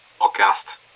podcast